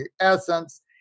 essence